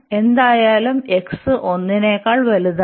എന്തായാലും x 1 നെക്കാൾ വലുതാണ്